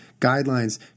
guidelines